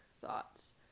thoughts